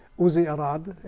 uzi arad.